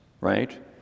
right